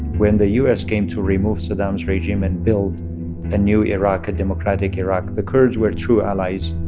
when the u s. came to remove saddam's regime and build a new iraq, a democratic iraq, the kurds were true allies,